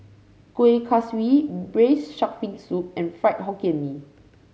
Kuih Kaswi Braised Shark Fin Soup and Fried Hokkien Mee